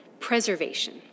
preservation